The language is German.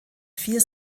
vier